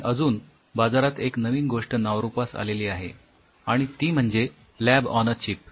आणि अजून बाजारात एक नवीन गोष्ट नावारूपास आलेली आहे आणि ती म्हणजे लॅब ऑन अ चिप